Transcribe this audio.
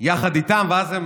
יחד איתם, ואז הם